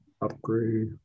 upgrade